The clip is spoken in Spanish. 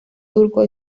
turco